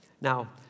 Now